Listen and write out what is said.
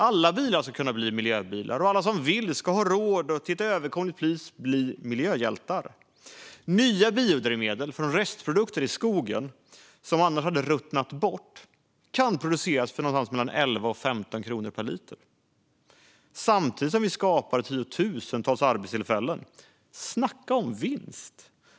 Alla bilar ska kunna bli miljöbilar, och alla som vill ska ha råd att till ett överkomligt pris bli miljöhjältar. Nya biodrivmedel från restprodukter i skogen, som annars hade ruttnat bort, kan produceras för någonstans mellan 11 och 15 kronor per liter samtidigt som vi skapar tiotusentals arbetstillfällen. Snacka om vinst!